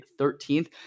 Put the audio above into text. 13th